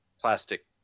plastic